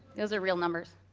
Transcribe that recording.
those are real numbers.